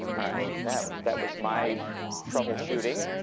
all right, that that was my troubleshooting.